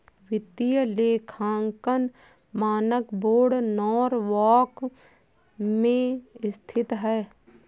वित्तीय लेखांकन मानक बोर्ड नॉरवॉक में स्थित है